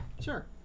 Sure